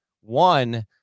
One